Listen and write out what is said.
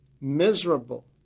miserable